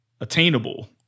attainable